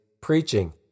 preaching